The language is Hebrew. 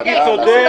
חבר'ה, מיקי צודק.